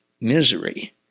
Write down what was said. misery